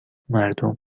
مردم